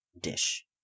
dish